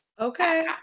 okay